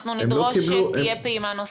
אנחנו נדרוש שתהיה פעימה נוספת.